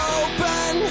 open